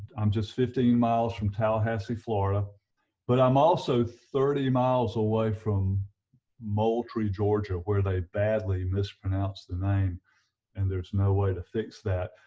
i'm just fifteen miles from tallahassee, florida but i'm also thirty miles away from moultrie, georgia where they badly mispronounced the name and there's no way to fix that.